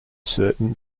certain